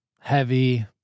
heavy